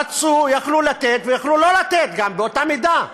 רצו, יכלו לתת, ויכלו גם לא לתת, באותה מידה.